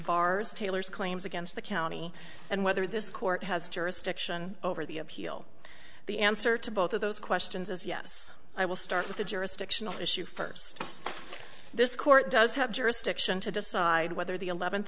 bars taylor's claims against the county and whether this court has jurisdiction over the appeal the answer to both of those questions is yes i will start with the jurisdictional issue first this court does have jurisdiction to decide whether the eleventh